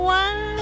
one